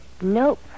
Nope